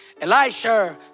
Elisha